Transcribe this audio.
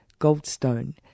Goldstone